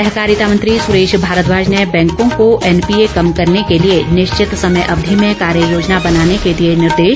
सहकारिता मंत्री सुरेश भारद्वाज ने बैंकों को एनपीए कम करने के लिए निश्चित समय अवधि में कार्य योजना बनाने के दिए निर्देश